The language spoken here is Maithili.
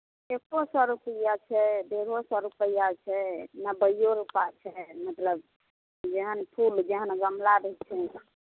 एक्को सए रुपैआ छै डेढ़ो सए रुपैआ छै नब्बैयो रूपा छै मतलब जेहन फूल जेहन गमला रहै छै